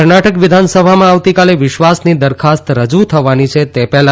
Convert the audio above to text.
કર્ણાટક વિધાનસભામાં આવતીકાલે વિશ્વાસની દરખાસ્ત રજુ થવાની છે તે હેલા